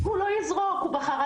הוא לא יזרוק, הוא בחרדה.